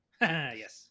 Yes